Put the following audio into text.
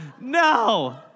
No